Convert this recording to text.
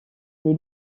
les